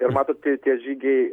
ir matot kai tie žygiai